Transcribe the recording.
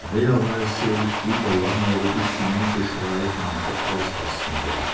werweise ich wieder lange ob ich sie niederschreiben oder auslassen wolle